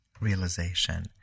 realization